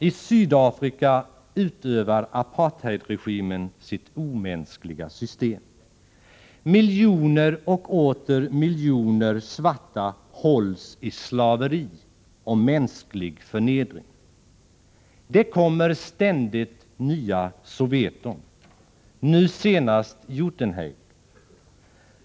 I Sydafrika utövar apartheidregimen sitt omänskliga system. Miljoner och åter miljoner svarta hålls i slaveri och mänsklig förnedring. Det kommer ständigt nya Soweto-motsvarigheter — nu senast Uitenhage.